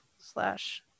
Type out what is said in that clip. slash